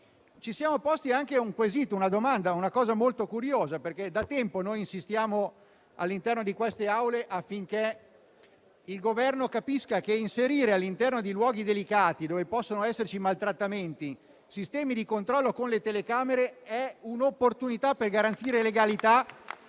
ci siamo posti anche un quesito, una domanda su una cosa molto curiosa. Da tempo, infatti, insistiamo nelle Aule del Parlamento affinché il Governo capisca che, inserire all'interno di luoghi delicati, dove possono esserci maltrattamenti, sistemi di controllo con le telecamere è un'opportunità per garantire legalità.